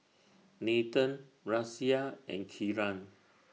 Nathan Razia and Kiran